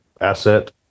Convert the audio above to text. asset